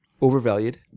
overvalued